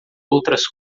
outras